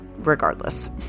regardless